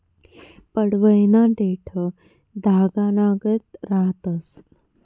पडवयना देठं धागानागत रहातंस